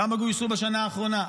כמה גויסו בשנה האחרונה?